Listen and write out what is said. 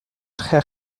très